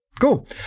Cool